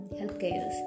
healthcare